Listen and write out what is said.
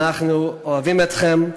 אנחנו אוהבים אתכם,